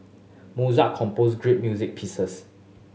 Mozart composed great music pieces